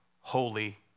holy